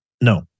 No